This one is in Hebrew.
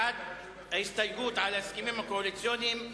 בעד ההסתייגות על ההסכמים הקואליציוניים,